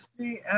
see